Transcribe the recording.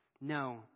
No